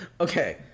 Okay